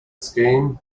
scheme